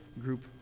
group